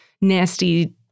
nasty